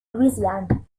louisiane